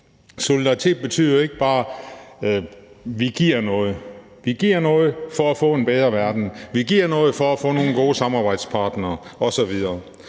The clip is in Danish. Solidaritet betyder jo ikke bare, at vi giver noget. Vi giver noget for at få en bedre verden. Vi giver noget for at få nogle gode samarbejdspartnere osv.